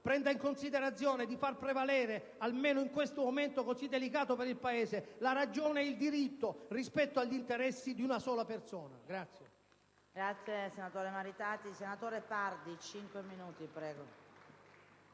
prendesse in considerazione di fare prevalere, almeno in questo momento così delicato per il Paese, la ragione ed il diritto rispetto agli interessi di una sola persona.